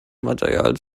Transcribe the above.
material